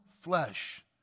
flesh